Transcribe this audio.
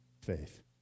faith